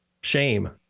shame